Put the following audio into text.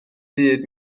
byd